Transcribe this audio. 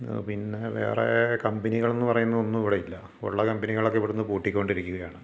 പിന്നെ വേറെ കമ്പനികൾ എന്നു പറയുന്ന ഒന്നുമിവിടില്ല ഉള്ള കമ്പനികളൊക്കെ ഇവിടെ നിന്ന് പൂട്ടി കൊണ്ടിരിക്കുകയാണ്